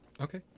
okay